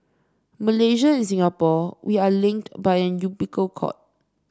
Malaysia and Singapore we are linked by an umbilical cord